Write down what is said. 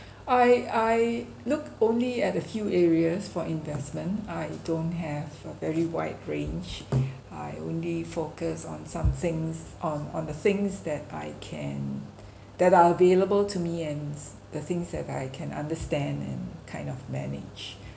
I I look only at a few areas for investment I don't have a very wide range I only focus on some things on on the things that I can that are available to me and the things that I can understand and kind of manage